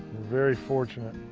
very fortunate.